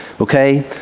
okay